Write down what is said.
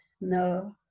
no